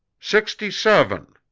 sixty seven.